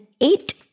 eight